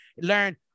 Learn